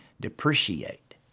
depreciate